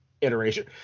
iteration